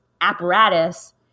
apparatus